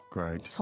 Great